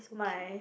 my